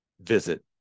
visit